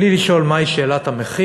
בלי לשאול מה המחיר,